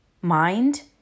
mind